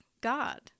god